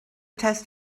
test